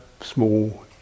small